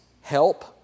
help